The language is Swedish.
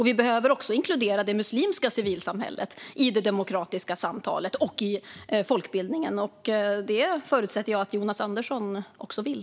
Vi behöver också inkludera det muslimska civilsamhället i det demokratiska samtalet och i folkbildningen. Det förutsätter jag att även Jonas Andersson vill.